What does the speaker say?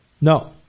No